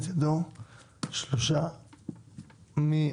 הצבעה בעד, 3 נגד,